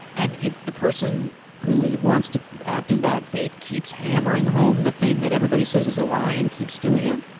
and if the person who is it wants to act in bad faith keeps hammering home the thing that everybody says is a lie and keeps doing it.